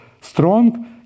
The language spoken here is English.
strong